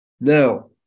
Now